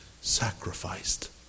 sacrificed